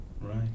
Right